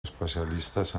especialistes